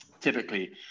typically